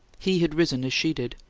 he had risen as she did.